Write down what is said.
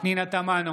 פנינה תמנו,